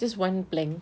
just one plank